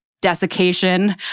desiccation